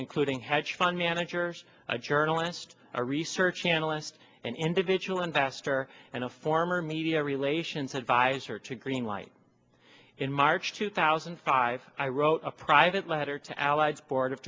including hedge fund managers a journalist a research analyst an individual investor and a former media relations advisor to greenlight in march two thousand i've i wrote a private letter to allies board of